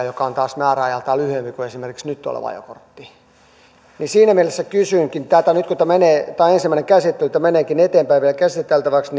joka on taas määräajaltaan lyhyempi kuin esimerkiksi nyt oleva ajokortti siinä mielessä kysynkin nyt kun tämä on ensimmäinen käsittely ja tämä meneekin eteenpäin vielä käsiteltäväksi